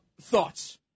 Thoughts